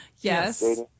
Yes